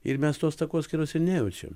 ir mes tos takoskyros ir nejaučiam